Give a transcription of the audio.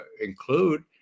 include